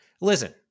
listen